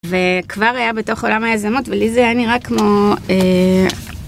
וכבר היה בתוך עולם היזמות ולזה היה נראה כמו אההה משהו חדש שאני לא מכירה ואני מתפלאת לראות את זה.